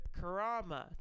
Karama